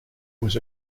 was